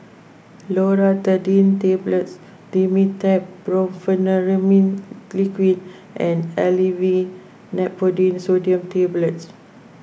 Loratadine Tablets Dimetapp Brompheniramine Liquid and Aleve Naproxen Sodium Tablets